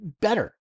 better